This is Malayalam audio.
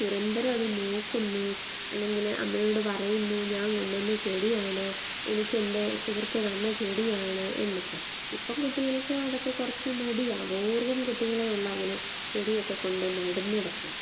നിരന്തരം അത് നോക്കുന്നു അല്ലെങ്കിൽ അമ്മയോട് പറയുന്നു ഞാൻ കൊണ്ട് വന്ന ചെടിയാണ് എനിക്ക് എൻ്റെ സുഹൃത്ത് തന്ന ചെടിയാണ് എന്നൊക്കെ ഇപ്പം കുട്ടികൾക്ക് അതൊക്കെ കുറച്ച് മടിയാണ് അപൂർവ്വം കുട്ടികളെ ഉള്ളൂ അങ്ങനെ ചെടിയൊക്കെ കൊണ്ടുപോയി നടുന്നതക്കെ